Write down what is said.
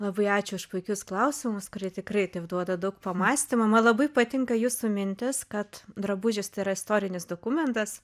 labai ačiū už puikius klausimus kurie tikrai taip duoda daug pamąstymų man labai patinka jūsų mintis kad drabužis tai yra istorinis dokumentas